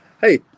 Hey